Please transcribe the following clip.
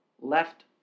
left